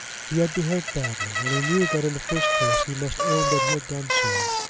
he had behaved badly, and he knew that in the first place he must own that he had done so.